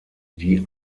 die